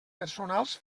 personals